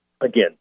Again